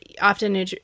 often